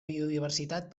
biodiversitat